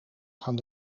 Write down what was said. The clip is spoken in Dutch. gaan